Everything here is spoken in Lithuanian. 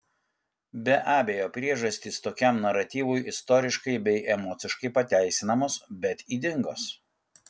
be abejo priežastys tokiam naratyvui istoriškai bei emociškai pateisinamos bet ydingos